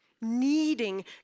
needing